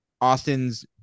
austin's